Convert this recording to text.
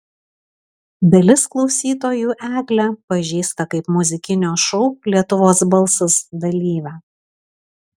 dalis klausytojų eglę pažįsta kaip muzikinio šou lietuvos balsas dalyvę